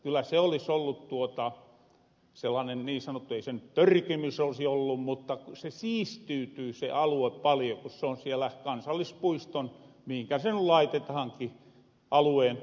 kyllä se olis ollu sellaanen ei se nyt törkimys olisi ollu mutta se alue siistiytyy paljo ku se on siellä kansallispuiston alueen ulkopuolella mihinkä se nyt laitetahanki